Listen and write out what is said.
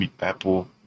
Apple